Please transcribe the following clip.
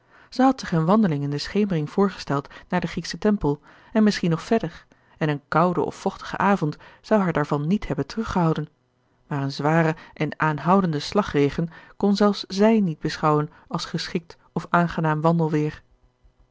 had zich een wandeling in de schemering voorgesteld naar den griekschen tempel en misschien nog verder en een koude of vochtige avond zou haar daarvan niet hebben teruggehouden maar een zwaren en aanhoudenden slagregen kon zelfs zij niet beschouwen als geschikt of aangenaam wandelweer